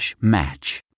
match